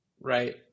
right